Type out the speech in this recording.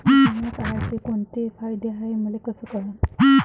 बिमा काढाचे कोंते फायदे हाय मले कस कळन?